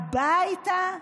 הביתה?